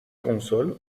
console